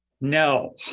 No